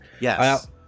yes